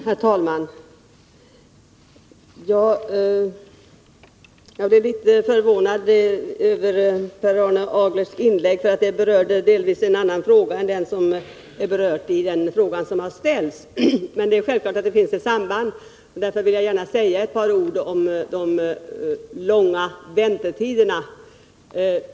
Herr talman! Jag blev litet förvånad över Per Arne Aglerts inlägg, för det berörde delvis en annan fråga än den som har ställts. Men självfallet finns det ett samband mellan frågorna, och därför skall jag säga ett par ord om de långa väntetiderna.